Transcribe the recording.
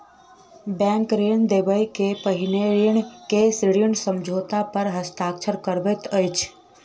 bank ऋण देबअ के पहिने ऋणी के ऋण समझौता पर हस्ताक्षर करबैत अछि